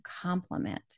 complement